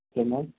okay ma'am